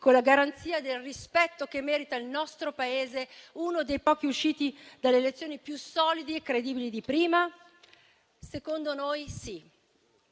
con la garanzia del rispetto che merita il nostro Paese, uno dei pochi uscito dalle elezioni più solido e credibile di prima? Secondo noi sì.